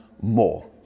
more